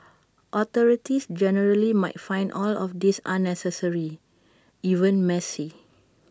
authorities generally might find all of this unnecessary even messy